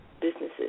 businesses